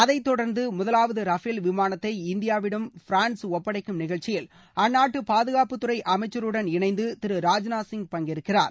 அதைத் தொடர்ந்து முதலாவது ரஃபேல் விமானத்தை இந்தியாவிடம் பிரான்ஸ் ஒப்படைக்கும் நிகழ்ச்சியில் அந்நாட்டு பாதுகாப்புத்துறை அமைச்சருடன் இணைந்து திரு ராஜ்நாத் சிங் பங்கேற்கிறார்